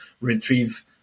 retrieve